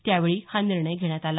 त्यावेळी हा निर्णय घेण्यात आला